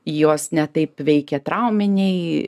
juos ne taip veikia trauminiai